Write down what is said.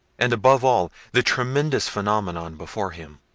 and above all, the tremendous phenomenon before him,